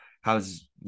how's